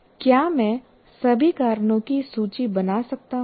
क्या मैं सभी कारणों की सूची बना सकता हूं